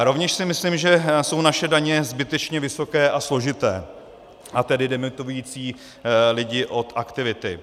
Rovněž si myslím, že jsou naše daně zbytečně vysoké a složité, tedy demotivující lidi od aktivity.